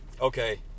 okay